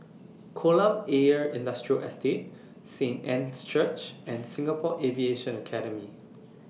Kolam Ayer Industrial Estate Saint Anne's Church and Singapore Aviation Academy